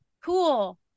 Cool